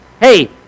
Hey